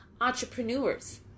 entrepreneurs